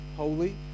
holy